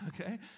Okay